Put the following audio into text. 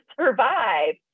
survive